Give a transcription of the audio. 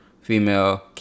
female